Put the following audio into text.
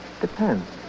Depends